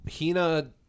Hina